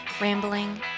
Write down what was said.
Rambling